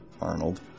Arnold